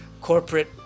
corporate